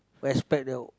respect the